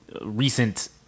recent